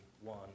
one